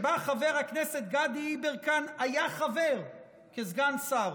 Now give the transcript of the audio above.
שבה חבר הכנסת גדי יברקן היה חבר כסגן שר,